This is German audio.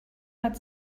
hat